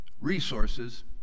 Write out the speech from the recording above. resources